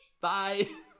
Bye